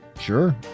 sure